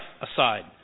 aside